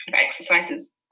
exercises